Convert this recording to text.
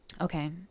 Okay